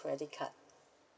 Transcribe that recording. credit card